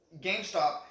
GameStop –